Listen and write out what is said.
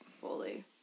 Fully